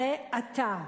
זה אתה.